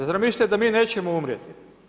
Zar vi mislite da mi nećemo umrijeti.